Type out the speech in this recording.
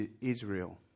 Israel